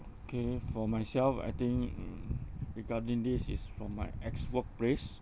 okay for myself I think mm regarding this is from my ex workplace